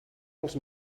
els